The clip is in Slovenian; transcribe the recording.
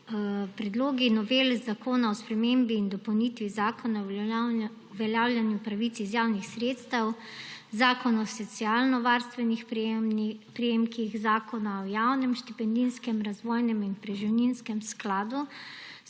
Predlogi novel zakona o spremembi in dopolnitvi zakona o uveljavljanju pravic iz javnih sredstev, zakona o socialnovarstvenih prejemkih, zakona o javnem štipendijskem, razvojnem, invalidskem in preživninskem skladu